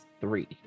three